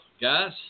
guys